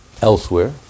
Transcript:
elsewhere